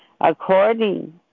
according